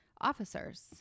officers